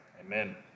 Amen